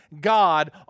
God